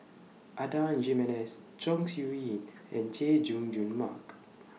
Adan Jimenez Chong Siew Ying and Chay Jung Jun Mark